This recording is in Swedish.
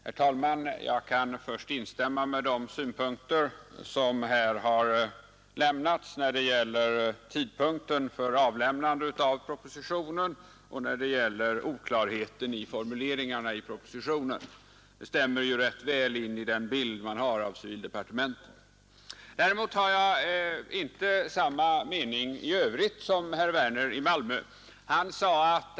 Herr talman! Jag kan först instämma i de synpunkter som här har anförts när det gäller tidpunkten för avlämnandet av propositionen och när det gäller oklarheten i formuleringarna i propositionen. Det stämmer rätt väl in i den bild man har fått av civildepartementet. Däremot har jag inte samma mening i övrigt som herr Werner i Malmö.